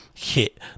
Hit